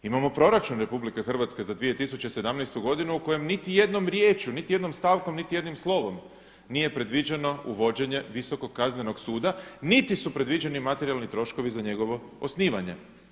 Imamo proračun RH za 2017. godinu u kojem niti jednom riječju, niti jednom stavkom, niti jednim slovom nije predviđeno uvođenje Visokog kaznenog suda niti su predviđeni materijalni troškovi za njegovo osnivanje.